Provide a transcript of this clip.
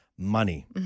Money